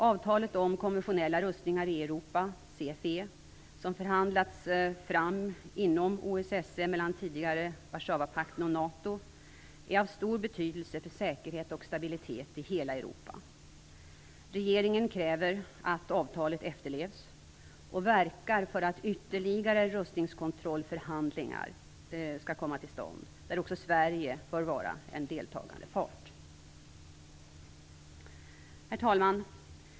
Avtalet om konventionella rustningar i Europa, CFE, som förhandlats fram inom OSSE mellan tidigare Warszawapakten och NATO, är av stor betydelse för säkerhet och stabilitet i hela Europa. Regeringen kräver att avtalet efterlevs och verkar för att ytterligare rustningskontrollförhandlingar skall komma till stånd, där också Sverige bör vara en deltagande part. Herr talman!